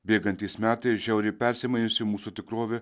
bėgantys metai ir žiauriai persimainiusi mūsų tikrovė